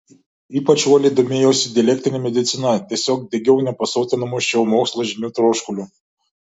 ypač uoliai domėjausi dialektine medicina tiesiog degiau nepasotinamu šio mokslo žinių troškuliu